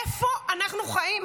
איפה אנחנו חיים?